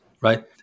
right